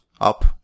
up